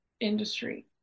industry